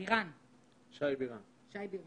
לשי בירן.